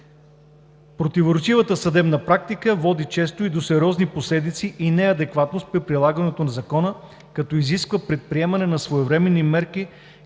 Противоречивата съдебна практика води често и до сериозни последици и неадекватност при прилагането на Закона, като изисква предприемане на своевременни мерки